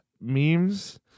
memes